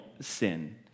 sin